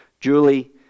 Julie